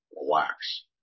relax